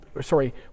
sorry